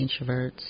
introverts